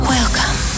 Welcome